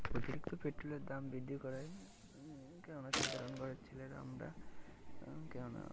অতিরিক্ত পেট্রোলের দাম বৃদ্ধি করায় কেন না সাধারণ ঘরের ছেলেরা আমরা কেন না